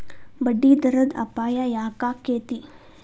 ಬಡ್ಡಿದರದ್ ಅಪಾಯ ಯಾಕಾಕ್ಕೇತಿ?